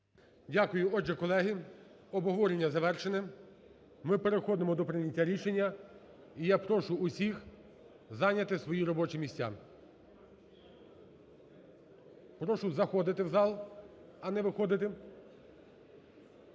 Дякую. Отже, колеги, обговорення завершено. Ми переходимо до прийняття рішення і я прошу усіх зайняти свої робочі місця. Прошу заходити в зал, а не виходити.